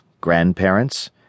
grandparents